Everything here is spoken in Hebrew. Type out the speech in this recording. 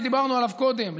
שדיברנו עליו קודם,